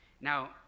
Now